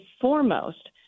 foremost